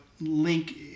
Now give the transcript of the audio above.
Link